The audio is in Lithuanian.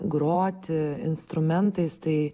groti instrumentais tai